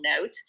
note